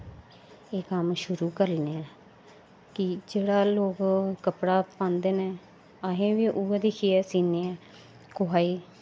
एह् कम्म शुरु करी लैैन्ने न कि जेह्ड़ा लोग कपड़ा पांदे न अस बी उऐ दिक्खियै सीने ऐं कुसा गी